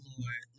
Lord